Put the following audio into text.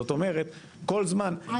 זאת ואמרת, כל זמן --- לא, לא.